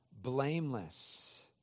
blameless